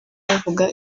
bavuga